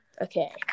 Okay